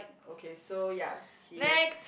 okay so ya she has